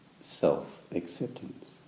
self-acceptance